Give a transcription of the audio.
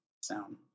sound